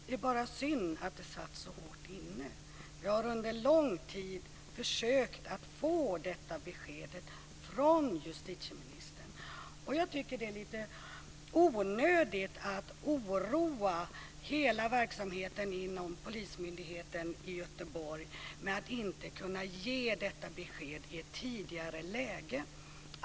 Det är bara synd att det satt så långt inne. Jag har under lång tid försökt att få detta besked från justitieministern. Jag tycker att det är lite onödigt att oroa hela verksamheten inom Polismyndigheten i Göteborg med att inte kunna ge detta besked i ett tidigare läge.